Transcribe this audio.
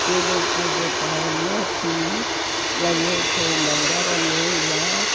केॾो कॾो टाइम थी वञे थो मंदर में या